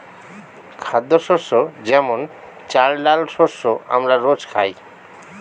খাদ্যশস্য যেমন চাল, ডাল শস্য আমরা রোজ খাই